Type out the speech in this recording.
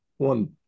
One